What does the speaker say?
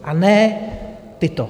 A ne tyto.